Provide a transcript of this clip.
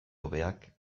hobeak